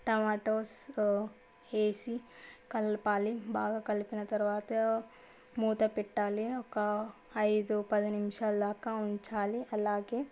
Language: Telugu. టమోటాస్ వేసి కలపాలి బాగా కలిపిన తరువాత మూత పెట్టాలి ఒక ఐదు పది నిమిషాలు దాకా ఉంచాలి అలాగే